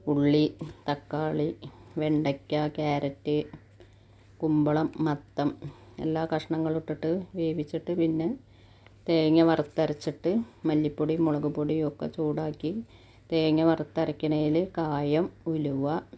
ഉള്ളി തക്കാളി വെണ്ടക്ക ക്യാരറ്റ് കുമ്പളം മത്തം എല്ലാ കഷ്ണങ്ങളിട്ടിട്ട് വേവിച്ചിട്ട് പിന്നെ തേങ്ങാ വറത്തരച്ചിട്ട് മല്ലിപ്പൊടി മുളക് പൊടി ഒക്കെ ചൂടാക്കി തേങ്ങാ വരത്തറക്കണേൽ കായം ഉലുവ